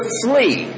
flee